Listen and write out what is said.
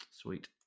Sweet